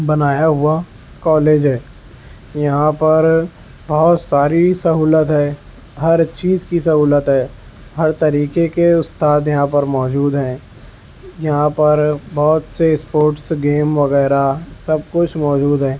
بنایا ہوا کالج ہے یہاں پر بہت ساری سہولت ہے ہر چیز کی سہولت ہے ہر طریقے کے استاد یہاں پر موجود ہیں یہاں پر بہت سے اسپوٹس گیم وغیرہ سب کچھ موجود ہیں